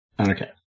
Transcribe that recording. Okay